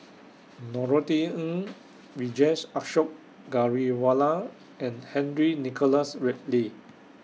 Norothy Ng Vijesh Ashok Ghariwala and Henry Nicholas Ridley